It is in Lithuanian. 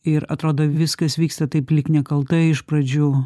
ir atrodo viskas vyksta taip lyg nekaltai iš pradžių